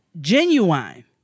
Genuine